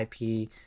IP